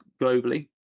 globally